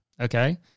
okay